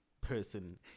person